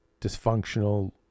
dysfunctional